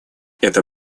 это